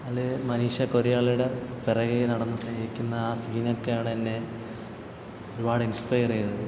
അതിൽ മനീഷ കൊയിരാളയുടെ പുറകെ നടന്നു സ്നേഹിക്കുന്ന ആ സീനൊക്കെയാണെന്നെ ഒരുപാട് ഇൻസ്പയർ ചെയ്യുന്നത്